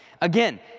Again